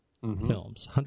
films